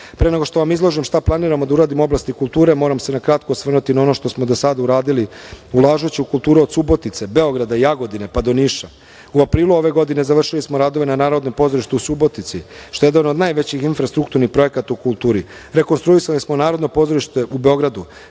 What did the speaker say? nego što vam izložim šta planiramo da uradimo u oblasti kulture, moram se na kratko osvrnuti na ono što smo do sada uradili ulažući u kulturu od Subotice, Beograda, Jagodine pa do Niša u aprilu ove godine završili smo radove na Narodnom pozorištu u Subotici, što je jedan od najvećih infrastrukturnih projekata u kulturi. Rekonstruisali smo Narodno pozorište u Beogradu,